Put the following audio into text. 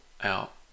out